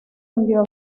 hundió